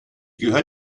gehört